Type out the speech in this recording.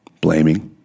blaming